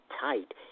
tight